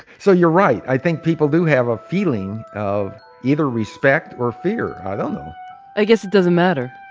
so you're right. i think people do have a feeling of either respect or fear. i don't know i guess it doesn't matter.